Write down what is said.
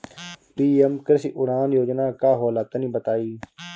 PM कृषि उड़ान योजना का होला तनि बताई?